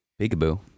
Peekaboo